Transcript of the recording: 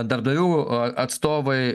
darbdavių a atstovai